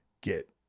get